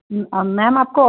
जी ma'am आपको